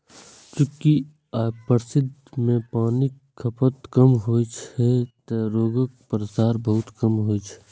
चूंकि अय पद्धति मे पानिक खपत कम होइ छै, तें रोगक प्रसार बहुत कम होइ छै